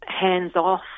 hands-off